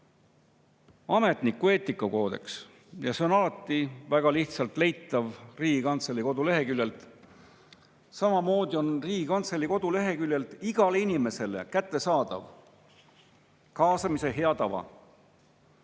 ametniku eetikakoodeks – see on alati väga lihtsalt leitav Riigikantselei koduleheküljelt –, on Riigikantselei koduleheküljelt samamoodi igale inimesele kättesaadav kaasamise hea tava.